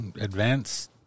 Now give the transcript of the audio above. Advance